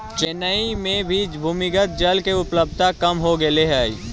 चेन्नई में भी भूमिगत जल के उपलब्धता कम हो गेले हई